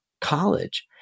college